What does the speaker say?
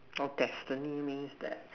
orh destiny means that